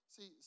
See